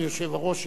ינהל אותו,